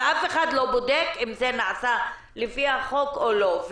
ואף אחד לא בודק אם זה נעשה לפי החוק או לא.